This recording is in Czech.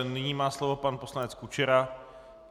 Nyní má slovo pan poslanec Kučera.